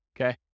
okay